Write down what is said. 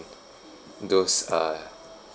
those uh